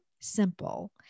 simple